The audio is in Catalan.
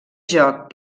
joc